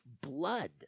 blood